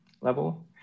level